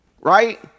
Right